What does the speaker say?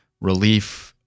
relief